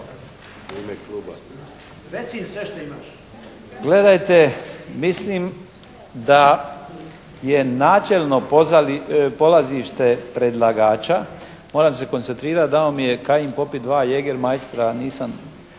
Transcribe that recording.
Gledajte, mislim da je načelno polazište predlagača, moram se koncentrirati, dao mi je Kajin popiti dva Jägermeistera, nisam